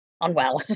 unwell